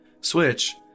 Switch